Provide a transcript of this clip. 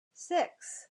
six